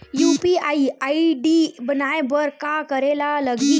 UPI ID बनाये बर का करे ल लगही?